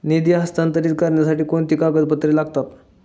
निधी हस्तांतरित करण्यासाठी कोणती कागदपत्रे लागतात?